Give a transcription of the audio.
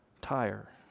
tire